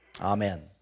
Amen